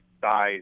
size